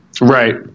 Right